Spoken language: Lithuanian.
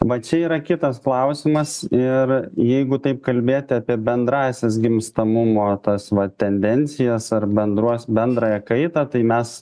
va čia yra kitas klausimas ir jeigu taip kalbėti apie bendrąsias gimstamumo tas va tendencijas ar bendruos bendrąją kaitą tai mes